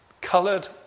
coloured